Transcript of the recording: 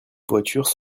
voitures